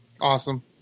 awesome